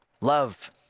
Love